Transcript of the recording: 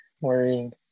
worrying